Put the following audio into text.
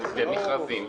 מכרזים.